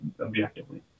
objectively